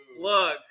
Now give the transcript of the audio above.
look